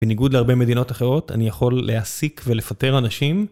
בניגוד להרבה מדינות אחרות אני יכול להעסיק ולפטר אנשים.